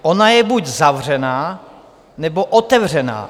Ona je buď zavřená, nebo otevřená.